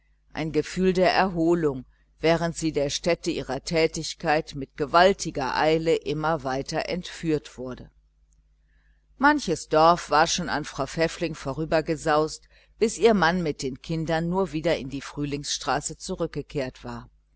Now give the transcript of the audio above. ein gefühl der erholung während sie der stätte ihrer tätigkeit mit gewaltiger eile immer weiter entführt wurde manches dorf war schon an frau pfäffling vorübergesaust bis ihr mann mit den kindern nur wieder in die frühlingsstraße zurückgekehrt war